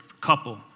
couple